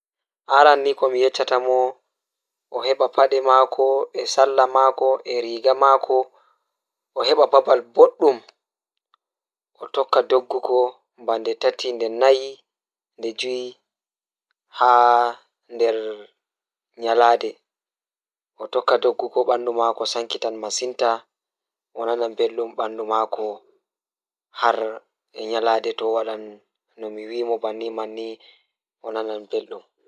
Arande komi yeccata mo o heba pade maako Miɗo waɗiima faamu maa haani ko hardi nder waɗde cakka kono to nduuɗum tan. Ndeen miijo ɓuri ko huutora ngam heɓde sago ngam mbaɗa laawol daandu. Hurmitini maa e kala ɓe daandude waɗugol cakka, yahmaa kadi kanko annditaa. Wujjataa ngal ko waɗataa laawol wonde waɗataa heddoraa rewru e ngonɗaaɗi